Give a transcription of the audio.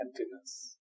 emptiness